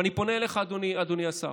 ואני פונה אליך, אדוני השר: